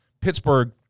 Pittsburgh